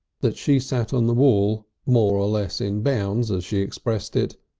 that she sat on the wall, more or less in bounds as she expressed it,